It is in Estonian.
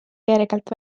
kergelt